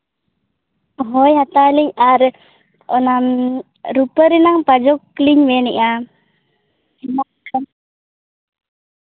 ᱦᱳᱭ ᱦᱟᱛᱟᱣ ᱟᱹᱞᱤᱧ ᱟᱨ ᱚᱱᱟ ᱨᱩᱯᱟᱹ ᱨᱮᱱᱟᱜ ᱯᱟᱡᱚᱠ ᱞᱤᱧ ᱢᱮᱱᱮᱜᱼᱟ ᱦᱮᱱᱟᱜ ᱠᱷᱟᱱ